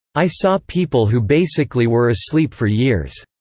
i saw people who basically were asleep for years.